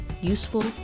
useful